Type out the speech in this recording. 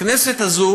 בכנסת הזאת